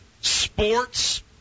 sports